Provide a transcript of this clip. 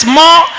more